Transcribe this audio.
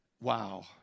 wow